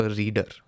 reader